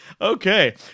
Okay